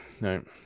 no